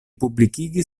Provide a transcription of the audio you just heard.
publikigis